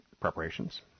preparations